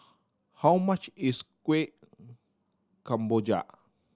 how much is Kueh Kemboja